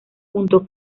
punto